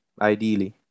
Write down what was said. ideally